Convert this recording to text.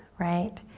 right?